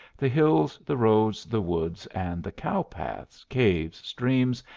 the hills, the roads, the woods, and the cowpaths, caves, streams,